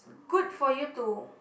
good for you to